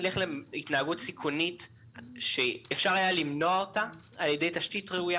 ע"י תשתית ראויה